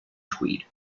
tweed